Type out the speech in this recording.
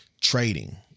trading